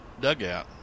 Dugout